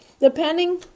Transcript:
depending